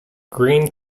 greene